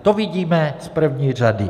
To vidíme z první řady.